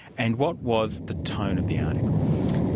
and what was the tone of the articles?